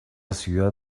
ciudad